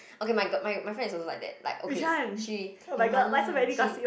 okay my fi~ my my friend is also like okay she lah she